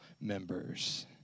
members